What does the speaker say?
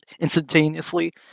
Instantaneously